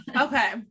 Okay